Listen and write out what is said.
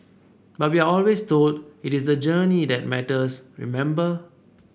but we are always told it is the journey that matters remember